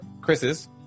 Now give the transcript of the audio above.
Chris's